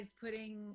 putting